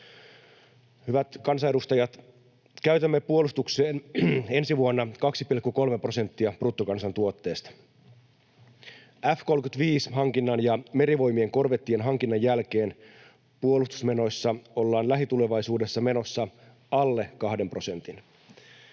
Hyvät kansanedustajat, käytämme puolustukseen ensi vuonna 2,3 prosenttia bruttokansantuotteesta. F-35-hankinnan ja Merivoimien korvettien hankinnan jälkeen puolustusmenoissa ollaan lähitulevaisuudessa menossa alle kahden prosentin.